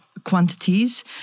quantities